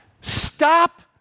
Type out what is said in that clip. Stop